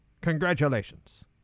Congratulations